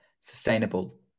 sustainable